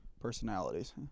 personalities